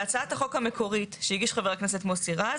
בהצעת החוק המקורית שהגיש חבר הכנסת מוסי רז,